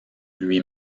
lui